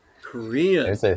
Korean